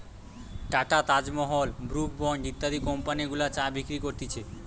tata, Taj Mahal, Brooke Bond ইত্যাদি company গুলা চা বিক্রি করতিছে